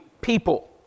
people